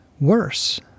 worse